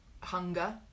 Hunger